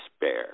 despair